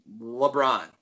LeBron